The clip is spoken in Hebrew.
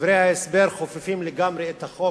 דברי ההסבר חופפים לגמרי את החוק.